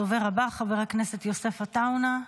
הדובר הבא, יוסף עטאונה,